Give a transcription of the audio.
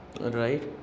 Right